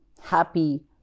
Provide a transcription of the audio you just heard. happy